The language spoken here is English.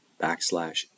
backslash